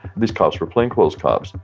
these cops were plainclothes cops.